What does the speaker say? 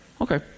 Okay